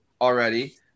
already